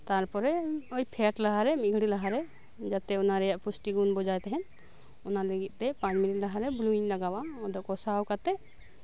ᱛᱟᱨᱯᱚᱨᱮ ᱳᱭ ᱯᱷᱮᱰ ᱞᱟᱦᱟᱨᱮ ᱢᱤᱫ ᱜᱷᱟᱹᱲᱤᱡ ᱞᱟᱦᱟᱨᱮ ᱡᱟᱛᱮ ᱚᱱᱟ ᱨᱮᱭᱟᱜ ᱯᱩᱥᱴᱤ ᱜᱩᱱ ᱵᱚᱡᱟᱭ ᱛᱟᱸᱦᱮᱱ ᱚᱱᱟ ᱞᱟᱹᱜᱤᱫᱛᱮ ᱯᱟᱸᱪ ᱢᱤᱱᱤᱴ ᱞᱟᱦᱟᱨᱮ ᱵᱩᱞᱩᱝ ᱤᱧ ᱞᱟᱜᱟᱣᱟ ᱠᱚᱥᱟᱣ ᱠᱟᱛᱮᱜ